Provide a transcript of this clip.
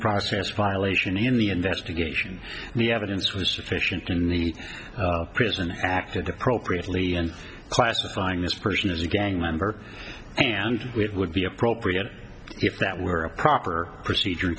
process violation in the investigation the evidence was sufficient and the prisoner acted appropriately and classifying this person as a gang member and it would be appropriate if that were a proper procedure